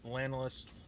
analyst